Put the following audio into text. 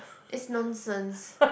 it's nonsense